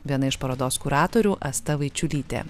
viena iš parodos kuratorių asta vaičiulytė